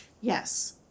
Yes